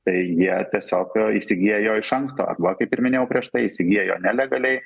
tai jie tiesiog įsigyja iš anksto arba kaip ir minėjau prieš tai įsigyja jo nelegaliai